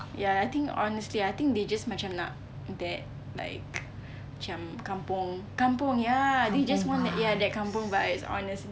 ya I think honestly I think they just macam nak that like macam kampung kampung ya they just want that ya that kampung vibes honestly